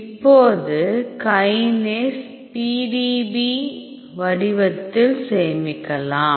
இப்போது கைனேஸை PDB வடிவத்தில் சேமிக்கலாம்